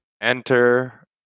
Enter